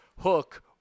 Hook